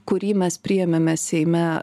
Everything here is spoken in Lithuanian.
kurį mes priėmėme seime